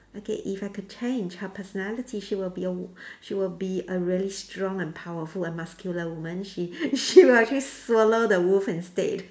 okay if I can change her personality she will be a w~ she will be a really strong and powerful and muscular woman she she will actually swallow the wolf instead